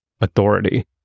authority